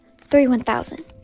three-one-thousand